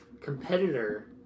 competitor